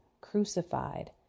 crucified